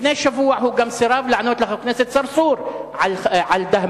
לפני שבוע הוא גם סירב לענות לחבר הכנסת צרצור על דהמש.